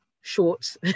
shorts